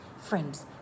Friends